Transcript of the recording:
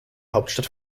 hauptstadt